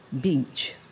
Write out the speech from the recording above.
Beach